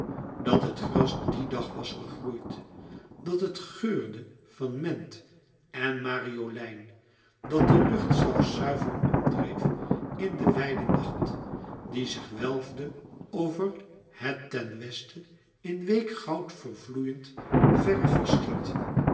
dat het gras dien dag was gegroeid dat het geurde van ment en mariolein dat de lucht zelfs zuiver om dreef in de wijde nacht die zich welfde over het ten westen in week goud vervloeiend verre verschiet